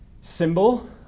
symbol